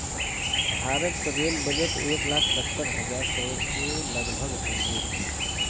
भारत क rail budget एक लाख सत्तर हज़ार करोड़ के लगभग हउवे